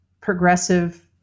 progressive